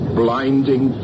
blinding